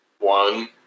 one